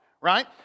right